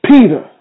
Peter